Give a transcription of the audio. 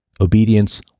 Obedience